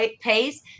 pace